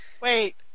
Wait